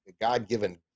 God-given